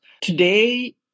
today